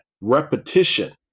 repetition